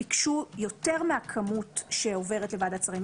הרבה פעמים ביקשו יותר מהכמות שעוברת לוועדת שרים.